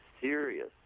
serious